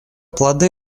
плоды